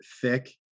thick